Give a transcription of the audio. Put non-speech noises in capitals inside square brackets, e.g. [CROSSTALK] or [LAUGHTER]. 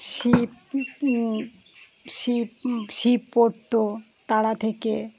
শিব [UNINTELLIGIBLE] শিব শিব পড়ত তাড়া থেকে